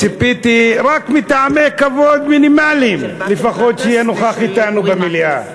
ציפיתי שרק מטעמי כבוד מינימליים הוא לפחות יהיה נוכח אתנו במליאה.